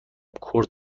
کورت